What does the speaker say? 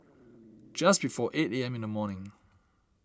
just before eight A M in the morning